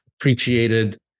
appreciated